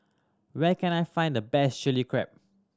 where can I find the best Chili Crab